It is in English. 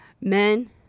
Men